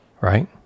right